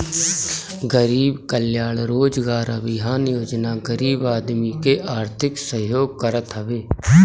गरीब कल्याण रोजगार अभियान योजना गरीब आदमी के आर्थिक सहयोग करत हवे